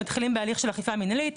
מתחילים בהליך של אכיפה מנהלית,